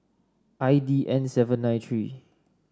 I D N seven nine three